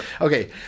Okay